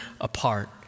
apart